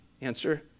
Answer